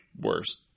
worst